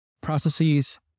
processes